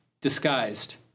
disguised